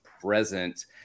present